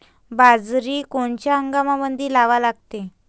बाजरी कोनच्या हंगामामंदी लावा लागते?